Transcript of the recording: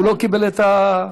והוא לא קיבל את,